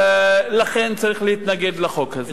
ולכן צריך להתנגד לחוק הזה.